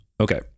Okay